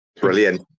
Brilliant